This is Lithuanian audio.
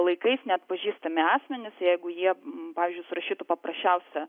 laikais net pažįstami asmenys jeigu jie pavyzdžiui surašytų paprasčiausią